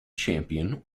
champion